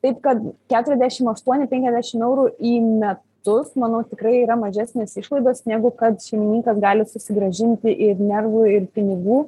taip kad keturiasdešim aštuoni penkiasdešim eurų į metus manau tikrai yra mažesnis išlaidos negu kad šeimininkas gali susigrąžinti ir nervų ir pinigų